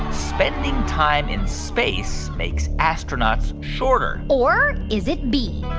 spending time in space makes astronauts shorter? or is it b,